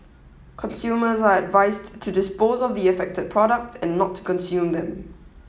consumers are advised to dispose of the affected products and not to consume them